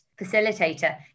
facilitator